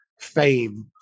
fame